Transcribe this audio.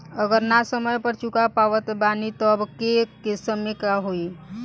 अगर ना समय पर चुका पावत बानी तब के केसमे का होई?